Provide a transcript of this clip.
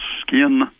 skin